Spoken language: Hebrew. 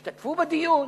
השתתפו בדיון.